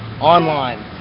online